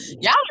y'all